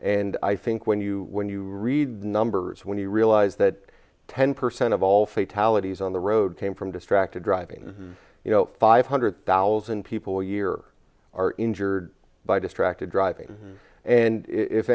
and i think when you when you read numbers when you realize that ten percent of all fatalities on the road came from distracted driving you know five hundred thousand people a year are injured by distracted driving and if